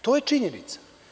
To je činjenica.